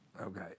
Okay